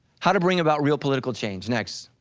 how to bring about real political change next.